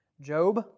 Job